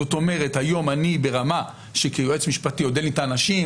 זאת אומרת היום אני ברמה שכיועץ משפטי עוד אין לי את האנשים,